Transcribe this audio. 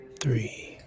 three